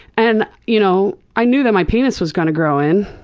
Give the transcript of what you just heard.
and you know i knew that my penis was going to grow in.